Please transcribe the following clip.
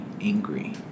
angry